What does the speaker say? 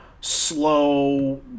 slow